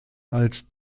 als